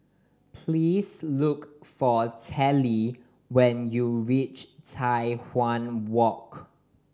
please look for Telly when you reach Tai Hwan Walk